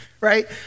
right